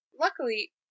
Luckily